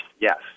Yes